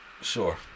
Sure